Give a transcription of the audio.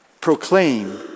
proclaim